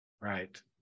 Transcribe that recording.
Right